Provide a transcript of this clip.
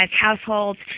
households